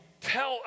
tell